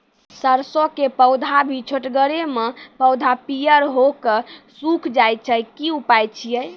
सरसों के पौधा भी छोटगरे मे पौधा पीयर भो कऽ सूख जाय छै, की उपाय छियै?